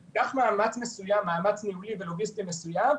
יהיה מאמץ מסוים, מאמץ ניהולי ולוגיסטי מסוים.